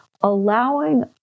allowing